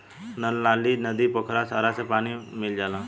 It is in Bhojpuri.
नल नाली, नदी, पोखरा सारा से पानी मिल जाला